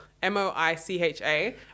M-O-I-C-H-A